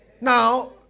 now